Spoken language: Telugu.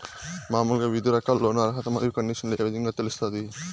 మామూలుగా వివిధ రకాల లోను అర్హత మరియు కండిషన్లు ఏ విధంగా తెలుస్తాది?